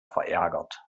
verärgert